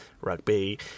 rugby